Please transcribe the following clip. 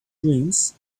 dreams